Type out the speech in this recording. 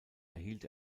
erhielt